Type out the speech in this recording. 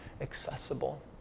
accessible